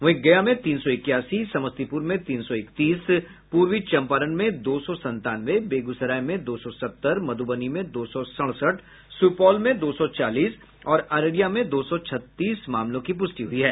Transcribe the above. वहीं गया में तीन सौ इक्यासी समस्तीपुर में तीन से इकतीस पूर्वी चंपारण में दो सौ संतानवे बेगूसराय में दो सौ सत्तर मधुबनी में दो सौ सड़सठ सुपौल में दो सौ चालीस और अररिया में दो सौ छत्तीस मामलों की पुष्टि हुई है